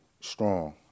strong